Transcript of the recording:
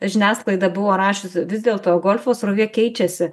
žiniasklaida buvo rašiusi vis dėlto golfo srovė keičiasi